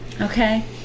Okay